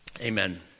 Amen